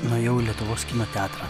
nuėjau į lietuvos kino teatrą